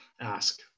ask